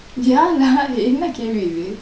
ya lah என்ன கேள்வி இது:enna kelvi ithu